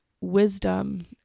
wisdom